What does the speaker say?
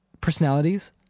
personalities